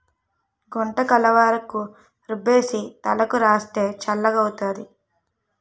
గుంటకలవరాకు రుబ్బేసి తలకు రాస్తే చల్లగౌతాది